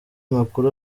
makuru